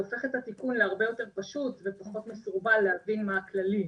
זה הופך את התיקון להרבה יותר פשוט ופחות מסורבל להבין מה הכללים.